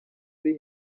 ari